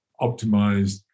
optimized